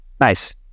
Nice